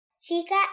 Chica